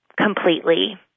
completely